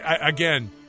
again